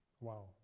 Wow